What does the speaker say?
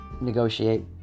Negotiate